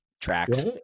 tracks